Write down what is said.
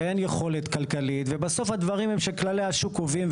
ואין יכולת כלכלית ובסוף הדברים הם שכללי השוק קובעים,